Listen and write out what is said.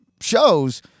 shows